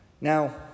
Now